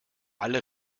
alle